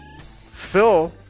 Phil